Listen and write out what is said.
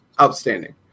outstanding